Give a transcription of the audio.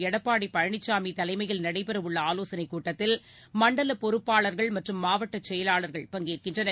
எடப்பாடி பழனிசாமி தலைமையில் நடைபெறவுள்ள ஆலோசனைக் கூட்டத்தில் மண்டல பொறுப்பாளர்கள் மற்றும் மாவட்டச் செயலாளர்கள் பங்கேற்கின்றனர்